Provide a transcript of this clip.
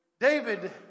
David